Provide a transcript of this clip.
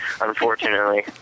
unfortunately